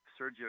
Sergio